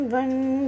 one